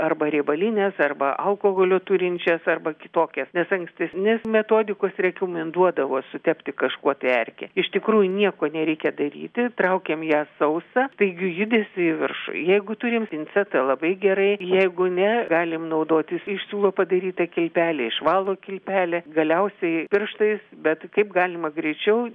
arba riebalinės arba alkoholio turinčias arba kitokias nes ankstesnės metodikos rekomenduodavo sutepti kažkuo tai erkę iš tikrųjų nieko nereikia daryti traukiam ją sausą staigiu judesiu į viršų jeigu turim pincetą labai gerai jeigu ne galim naudotis iš siūlo padaryta kilpele iš valo kilpele galiausiai pirštais bet kaip galima greičiau